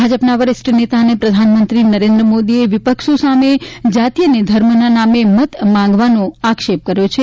ભાજપના વરિષ્ઠ નેતા અને પ્રધાનમંત્રી નરેન્દ્ર મોદીએ વિપક્ષો સામે જાતિ અને ધર્મના નામે મત માંગવાનો પણ આક્ષેપ કર્યો હતો